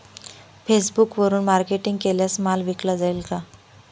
फेसबुकवरुन मार्केटिंग केल्यास माल विकला जाईल का?